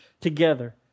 together